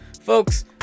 folks